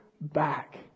back